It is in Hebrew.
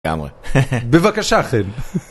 בבקשה אחי.